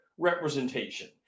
representation